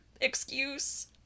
excuse